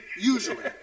Usually